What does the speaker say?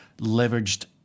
leveraged